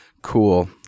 cool